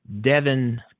Devin